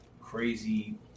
crazy